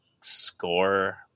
score